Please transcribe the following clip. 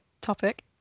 topic